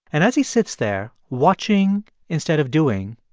and as he sits there watching instead of doing,